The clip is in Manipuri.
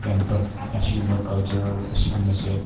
ꯌꯥꯝ ꯑꯁꯤꯒꯨꯝꯕ ꯀꯜꯆꯔ ꯑꯁꯤꯒꯨꯝꯕꯁꯦ